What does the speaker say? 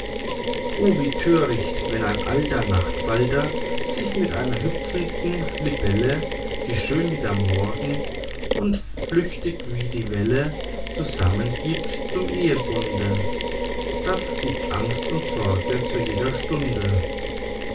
o wie töricht wenn ein alter nachtfalter sich mit einer hüpfenden libelle die schön wie der morgen und flüchtig wie die welle zusammengibt zum ehebunde das gibt angst und sorgen zu jeder stunde